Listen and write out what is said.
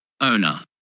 owner